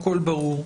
הכול ברור.